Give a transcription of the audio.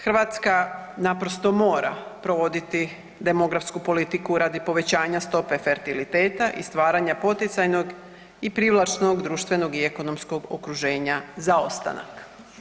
Hrvatska naprosto mora provoditi demografsku politiku radi povećanja stope fertiliteta i stvaranja poticajnog i privlačnog društvenog i ekonomskog okruženja za ostanak.